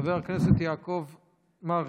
חבר הכנסת יעקב מרגי,